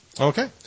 Okay